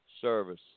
service